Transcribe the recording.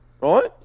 right